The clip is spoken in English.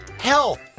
health